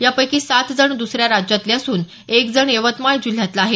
यापैकी सात जण दुसऱ्या राज्यातले असून एक जण यवतमाळ जिल्ह्यातला आहे